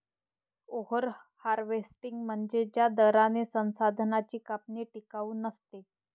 over harvesting म्हणजे ज्या दराने संसाधनांची कापणी टिकाऊ नसते